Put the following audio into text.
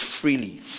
freely